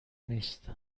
نیست